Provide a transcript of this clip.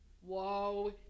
whoa